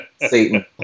Satan